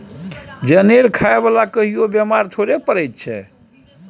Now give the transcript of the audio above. जनेर खाय बला कहियो बेमार थोड़े पड़ैत छै